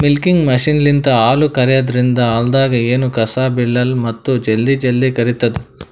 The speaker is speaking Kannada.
ಮಿಲ್ಕಿಂಗ್ ಮಷಿನ್ಲಿಂತ್ ಹಾಲ್ ಕರ್ಯಾದ್ರಿನ್ದ ಹಾಲ್ದಾಗ್ ಎನೂ ಕಸ ಬಿಳಲ್ಲ್ ಮತ್ತ್ ಜಲ್ದಿ ಜಲ್ದಿ ಕರಿತದ್